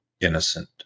innocent